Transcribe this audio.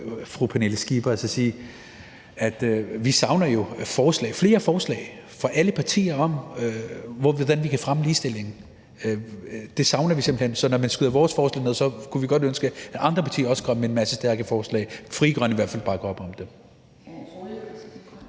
fru Pernille Skipper, at vi jo savner forslag, flere forslag fra alle partier om, hvordan vi kan fremme ligestillingen. Det savner vi simpelt hen. Så når man skyder vores forslag ned, kunne vi godt ønske, at andre partier også kom med en masse stærke forslag. Frie Grønne bakker i hvert fald op om dem.